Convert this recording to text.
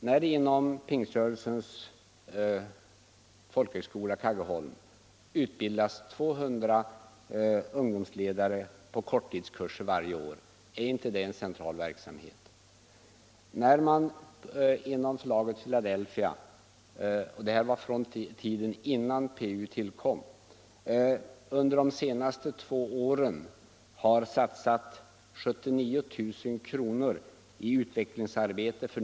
När det inom pingströrelsens folkhög = Nr 49 skola Kaggeholm utbildas 200 ungdomsledare på korttidskurser varje år, Torsdagen den är det då inte en central verksamhet? När man inom Förlaget Filadelfia 3 april 1975 under de senaste två åren har satsat 79 000 kr. i utvecklingsarbete för.